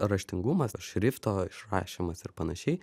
raštingumas šrifto išrašymas ir panašiai